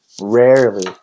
rarely